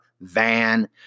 van